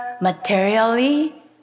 materially